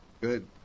good